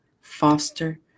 foster